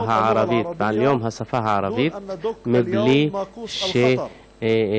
הערבית ועל יום השפה הערבית מבלי להתריע,